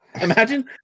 Imagine